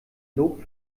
lob